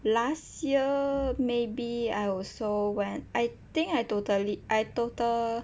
last year maybe I also went I think I totally I total